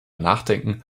nachdenken